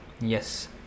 yes